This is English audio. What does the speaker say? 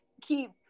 keep